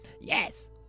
Yes